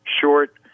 short